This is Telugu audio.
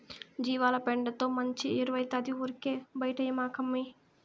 జీవాల పెండతో మంచి ఎరువౌతాది ఊరికే బైటేయకమ్మన్నీ